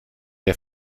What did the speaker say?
der